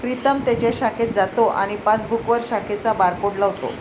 प्रीतम त्याच्या शाखेत जातो आणि पासबुकवर शाखेचा बारकोड लावतो